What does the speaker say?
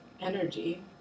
energy